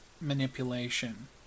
manipulation